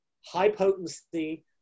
high-potency